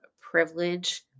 privilege